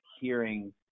hearing